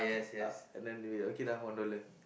uh and then they be okay lah one dollar